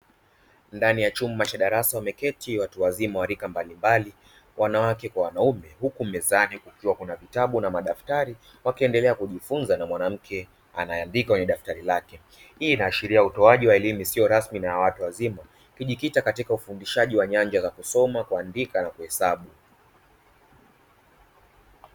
Ndani ya chumba cha darasa wameketi watu wazima wa rika mbalimbali wanawake kwa wanaume huku mezani kukiwa na vitabu na madaftari wakiendelea kujifunza na mwanamke anaandika kwenye daftari lake. Hii inaashiria utoaji wa elimu isiyo rasmi na ya watu wazima kujikita katika ufundishaji wa nyanja za kusoma, kuandika na kuhesabu.